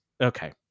Okay